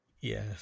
Yes